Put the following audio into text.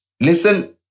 listen